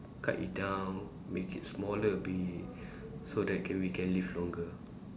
cut it down make it smaller a bit so that can we can live longer